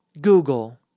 Google